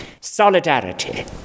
solidarity